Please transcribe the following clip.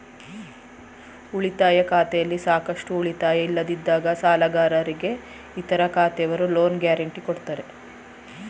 ಉಳಿತಾಯ ಖಾತೆಯಲ್ಲಿ ಸಾಕಷ್ಟು ಉಳಿತಾಯ ಇಲ್ಲದಿದ್ದಾಗ ಸಾಲಗಾರರಿಗೆ ಇತರ ಖಾತೆಯವರು ಲೋನ್ ಗ್ಯಾರೆಂಟಿ ಕೊಡ್ತಾರೆ